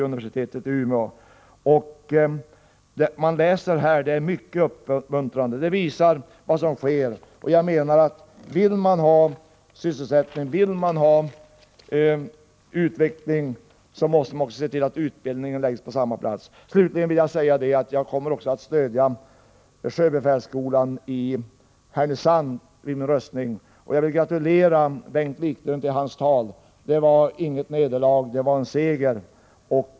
Det man läser här är mycket uppmuntrande. Det visar vad som sker. Vill man ha sysselsättning, vill man ha utveckling, så måste man också se till att utbildningen läggs på samma plats. Slutligen vill jag säga att jag kommer också att stödja förslaget att sjöbefälskolan i Härnösand blir kvar. Jag vill gratulera Bengt Wiklund till hans tal. Det var inget nederlag, det var en seger!